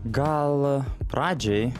gal pradžiai